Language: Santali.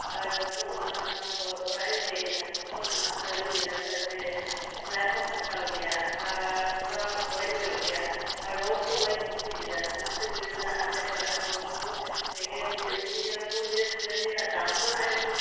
ᱡᱚᱠᱷᱚᱱ ᱚᱱᱟ ᱦᱟᱛᱟᱣ ᱯᱚᱨ ᱚᱲᱟᱜ ᱤᱧ ᱦᱮᱡ ᱮᱱᱟ ᱛᱚᱠᱷᱚᱱ ᱚᱱᱟ ᱥᱟᱹᱲᱤᱧ ᱧᱮᱞ ᱫᱟ ᱡᱮ ᱥᱮᱞᱟᱭ ᱦᱚᱸ ᱯᱷᱟᱥᱟᱣ ᱜᱮᱭᱟ ᱟᱨ ᱛᱷᱚᱲᱟ ᱚᱲᱮᱡ ᱧᱚᱜ ᱜᱮᱭᱟ ᱟᱨ ᱨᱚᱝ ᱦᱚᱸ ᱵᱟᱹᱧ ᱠᱩᱥᱤᱭᱟᱫᱟ ᱚᱱᱟᱛᱤᱧ ᱢᱮᱱᱫᱟ ᱟᱞᱮ ᱚᱲᱟᱜ ᱨᱮᱱ ᱦᱚᱲ ᱠᱚ ᱮᱜᱮᱨᱮᱫᱤᱧᱟ ᱢᱤᱛᱟᱹᱧ ᱠᱟᱱᱟ ᱠᱚ ᱱᱤᱭᱟᱹ ᱥᱟᱹᱲᱤ ᱨᱮᱭᱟᱜ ᱫᱟᱢ ᱢᱟ ᱟᱭᱢᱟ